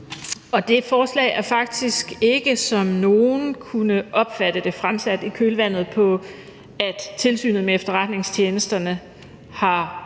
og forslaget er ikke, som nogle kunne opfatte det, fremsat i kølvandet på, at Tilsynet med Efterretningstjenesterne har rejst